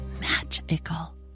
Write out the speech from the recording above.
magical